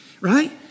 right